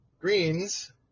greens